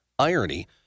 irony